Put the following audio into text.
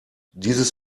dieses